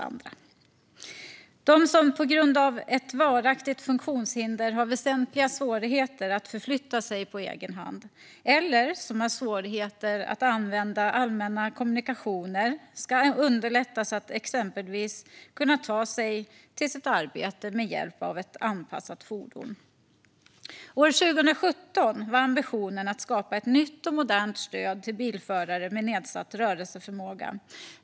Man ska underlätta för dem som på grund av ett varaktigt funktionshinder har väsentliga svårigheter att förflytta sig på egen hand eller som har svårigheter att använda allmänna kommunikationer - de ska exempelvis kunna ta sig till sitt arbete med hjälp av ett anpassat fordon. År 2017 var ambitionen att skapa ett nytt och modernt stöd till bilförare med nedsatt rörelseförmåga.